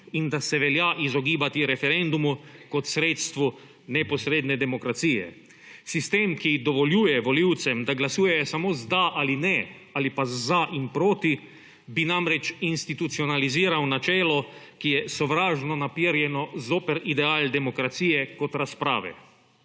in da se velja izogibati referendumu kot sredstvu neposredne demokracije. Sistem, ki dovoljuje volivcev, da glasujejo samo z da ali ne ali pa z za ali proti, bi namreč institucionaliziral načelo, ki je sovražno naperjeno zoper ideal demokracije kot razprave.